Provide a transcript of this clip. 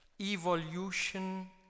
evolution